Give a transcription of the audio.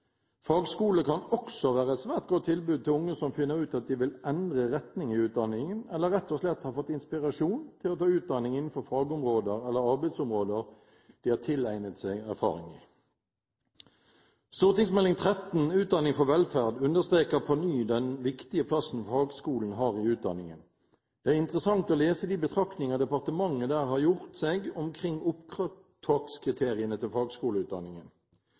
Fagskole kan også være et svært godt tilbud til unge som finner ut at de vil endre retning i utdanningen, eller rett og slett har fått inspirasjon til å ta utdanning innenfor fagområder aller arbeidsområder de har tilegnet seg erfaring i. Meld. St. 13 for 2011–2012, Utdanning for velferd, understreker på ny den viktige plassen fagskolen har i utdanningen. Det er interessant å lese de betraktninger departementet der har gjort seg omkring opptakskriteriene til fagskoleutdanningen.